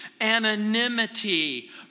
anonymity